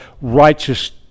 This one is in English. righteous